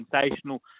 sensational